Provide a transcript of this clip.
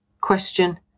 Question